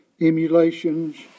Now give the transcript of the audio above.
emulations